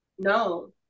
no